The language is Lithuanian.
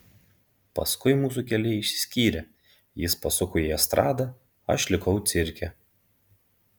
paskui mūsų keliai išsiskyrė jis pasuko į estradą aš likau cirke